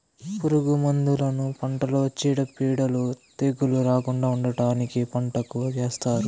పురుగు మందులను పంటలో చీడపీడలు, తెగుళ్ళు రాకుండా ఉండటానికి పంటకు ఏస్తారు